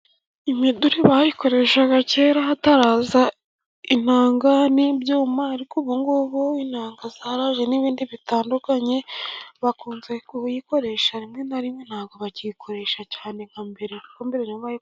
Imiduri bayikoreshaga kera hataraza intanga n'ibyuma, ariko ubu intanga zaraje n'ibindi bitandukanye, bakunze kuyikoresha rimwe na rimwe ntabwo bakiyikoresha cyane nka mbere.